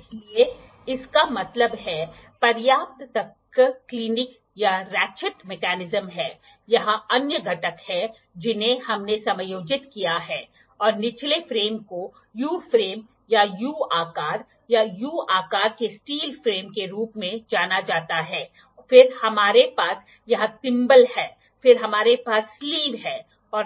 इसलिए इसका मतलब है पर्याप्त एक क्लिक यह रैचेट अटैचमेंट है यहां अन्य घटक हैं जिन्हें हमने समायोजित किया है और निचले फ्रेम को U फ्रेम या U आकार या U आकार के स्टील फ्रेम के रूप में जाना जाता है फिर हमारे पास यहां थिम्बल है फिर हमारे पास स्लीव है